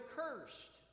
cursed